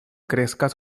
kreskas